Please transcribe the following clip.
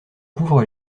couvre